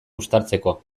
uztartzeko